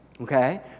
okay